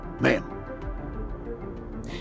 Ma'am